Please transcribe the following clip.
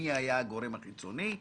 ומי היה הגורם החיצוני?